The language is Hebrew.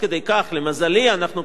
למזלי אנחנו כבר לא שם,